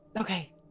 okay